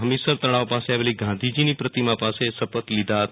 હમીસેર તેળાવ પાસે આવેલ ગાંધીજીની પ્રતિમાં પાસે શપથ લીધી હતા